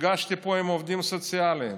נפגשתי פה עם העובדים הסוציאליים.